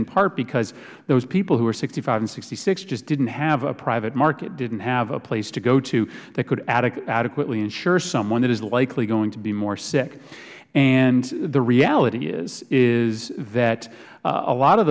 in part because those people who are sixty five and sixty six just didn't have a private market didn't have a place to go to that could adequately insure someone that is likely going to be more sick and the reality is that a lot of